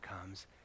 comes